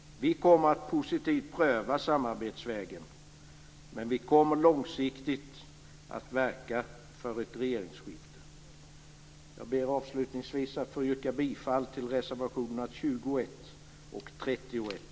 Vi kommer att positivt pröva samarbetsvägen, men vi kommer långsiktigt att verka för ett regeringsskifte. Avslutningsvis vill jag yrka bifall till reservationerna nr 21 och 31.